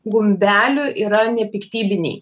gumbelių yra nepiktybiniai